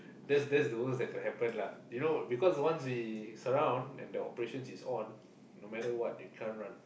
that that's the worst that could happen lah you know because once we surround and the operations is on no matter what they can't run